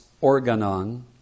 Organon